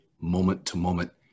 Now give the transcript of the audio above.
moment-to-moment